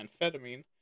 amphetamine